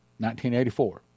1984